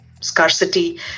scarcity